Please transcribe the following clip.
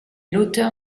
l’auteur